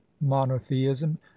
monotheism